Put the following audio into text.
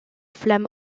flamme